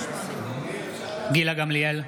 בעד גילה גמליאל,